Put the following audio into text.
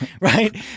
right